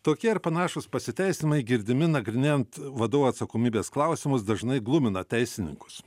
tokie ir panašūs pasiteisinimai girdimi nagrinėjant vadovų atsakomybės klausimus dažnai glumina teisininkus